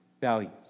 values